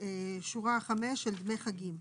שורה 5, של דמי חגים.